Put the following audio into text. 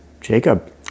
Jacob